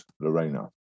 Lorena